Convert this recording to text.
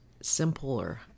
simpler